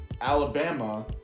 Alabama